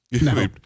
No